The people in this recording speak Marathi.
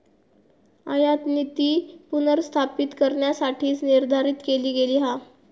आयातनीती पुनर्स्थापित करण्यासाठीच निर्धारित केली गेली हा